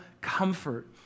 comfort